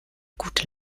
gute